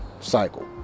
cycle